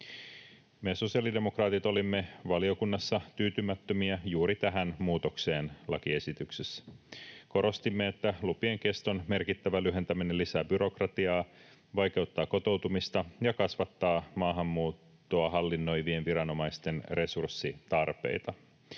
Me sosiaalidemokraatit olimme valiokunnassa tyytymättömiä juuri tähän muutokseen lakiesityksessä. Korostimme, että lupien keston merkittävä lyhentäminen lisää byrokratiaa, vaikeuttaa kotoutumista ja kasvattaa maahanmuuttoa hallinnoivien viranomaisten resurssitarpeita.